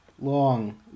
long